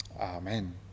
Amen